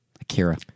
Akira